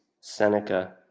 Seneca